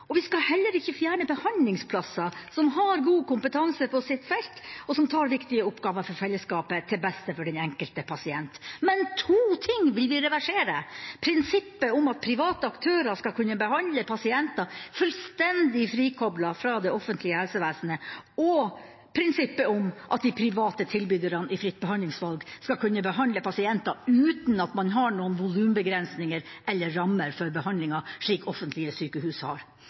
og vi skal heller ikke fjerne behandlingsplasser som har god kompetanse på sitt felt, og som tar viktige oppgaver for fellesskapet til beste for den enkelte pasient. Men to ting vil vi reversere: prinsippet om at private aktører skal kunne behandle pasienter fullstendig frikoblet fra det offentlige helsevesenet, og prinsippet om at de private tilbyderne i fritt behandlingsvalg skal kunne behandle pasienter uten at man har noen volumbegrensninger eller rammer for behandlinga, slik offentlige sykehus har.